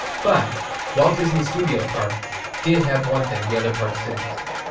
but walt disney studios park did have one thing the other parks didn't have.